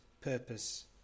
purpose